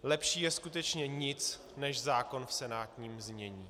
Lepší je skutečně nic než zákon v senátním znění.